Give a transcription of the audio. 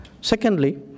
Secondly